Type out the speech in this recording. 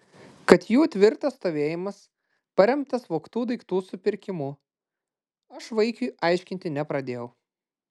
kad jų tvirtas stovėjimas paremtas vogtų daiktų supirkimu aš vaikiui aiškinti nepradėjau